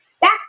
back